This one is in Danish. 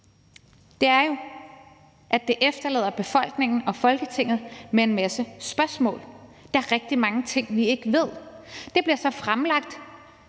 Liberal Alliance – efterlader befolkningen og Folketinget med en masse spørgsmål. Der er rigtig mange ting, vi ikke ved. Det bliver så fremlagt